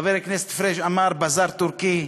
חבר הכנסת פריג' אמר: בזאר טורקי.